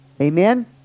amen